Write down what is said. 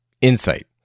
insight